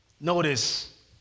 Notice